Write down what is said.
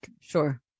Sure